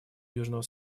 южного